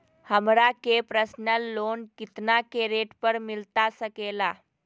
हमरा के personal loan कितना के रेट पर मिलता सके ला?